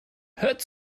hört